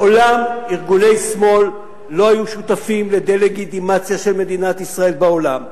מעולם ארגוני שמאל לא היו שותפים לדה-לגיטימציה של מדינת ישראל בעולם.